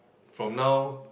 from now